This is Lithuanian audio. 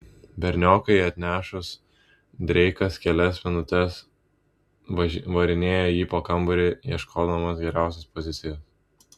berniokui atnešus dreikas kelias minutes varinėjo jį po kambarį ieškodamas geriausios pozicijos